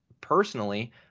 personally